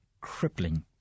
crippling